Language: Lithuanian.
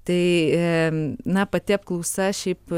tai na pati apklausa šiaip